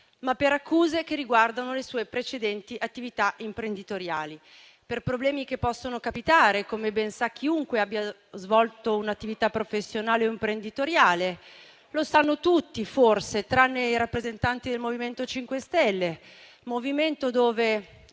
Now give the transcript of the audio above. ma per accuse che riguardano le sue precedenti attività imprenditoriali, per problemi che possono capitare, come ben sa chiunque abbia svolto un'attività professionale o imprenditoriale. Lo sanno tutti, forse, tranne i rappresentanti del MoVimento 5 Stelle; Movimento dove